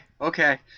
Okay